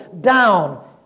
down